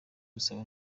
gusaba